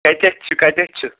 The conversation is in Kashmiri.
کَتٮ۪تھ چھِ کَتٮ۪تھ چھِ